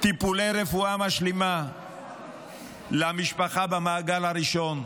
טיפולי רפואה משלימה למשפחה במעגל הראשון.